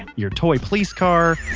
and your toy police car,